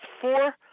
four